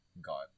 got